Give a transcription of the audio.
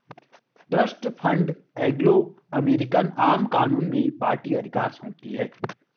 trust fund Anglo American आम कानून में पार्टी अधिकार सौंपती है